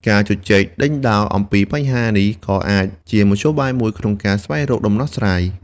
ការជជែកដេញដោលអំពីបញ្ហានេះក៏អាចជាមធ្យោបាយមួយក្នុងការស្វែងរកដំណោះស្រាយ។